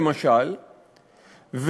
למשל,